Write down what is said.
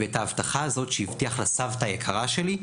ואת ההבטחה הזאת שהבטיח לסבתא היקרה שלי,